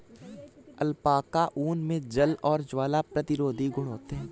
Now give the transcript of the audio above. alpaca ऊन मे जल और ज्वाला प्रतिरोधी गुण होते है